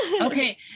Okay